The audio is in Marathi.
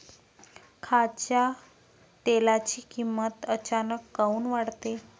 खाच्या तेलाची किमत अचानक काऊन वाढते?